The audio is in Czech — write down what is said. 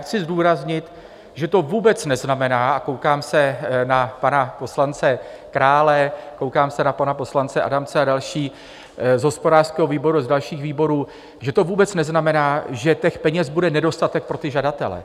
Chci zdůraznit, že to vůbec neznamená a koukám se na pana poslance Krále, koukám se na pana poslance Adamce a další z hospodářského výboru a z dalších výborů že to vůbec neznamená, že těch peněz bude nedostatek pro žadatele.